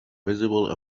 visible